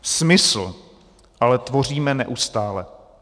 Smysl ale tvoříme neustále.